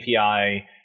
API